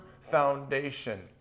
foundation